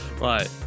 Right